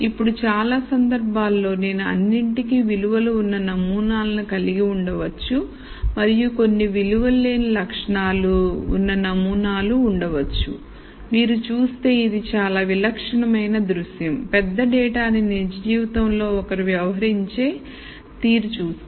ఇప్పుడుచాలా సందర్భాల్లో నేను అన్నింటికీ విలువలు ఉన్న నమూనాలను కలిగి ఉండవచ్చు మరియు కొన్ని విలువలు లేని లక్షణాలు ఉన్న నమూనాలు ఉండవచ్చు మీరు చూస్తే ఇది చాలా విలక్షణమైన దృశ్యం పెద్ద డేటాని నిజ జీవితంలో లో ఒకరు వ్యవహరించే తీరు చూస్తే